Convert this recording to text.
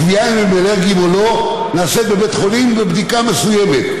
הקביעה אם הם אלרגיים או לא נעשית בבית חולים בבדיקה מסוימת.